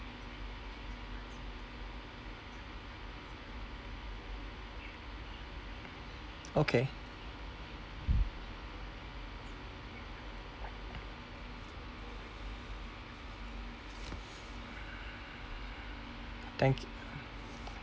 okay thank you